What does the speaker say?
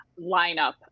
lineup